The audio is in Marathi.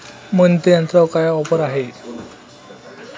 मळणी यंत्रावर काय ऑफर आहे?